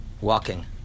walking